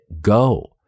go